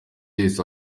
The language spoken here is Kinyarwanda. yahise